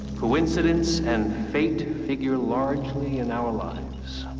coincidence and fate figure largely in our lives.